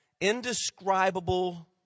indescribable